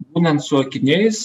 būnant su akiniais